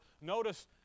notice